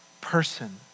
person